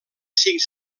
cinc